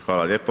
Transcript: Hvala lijepo.